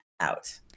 out